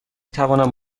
توانم